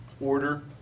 order